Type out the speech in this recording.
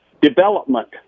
development